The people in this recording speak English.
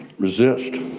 resist.